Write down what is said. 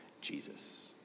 jesus